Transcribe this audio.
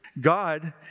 God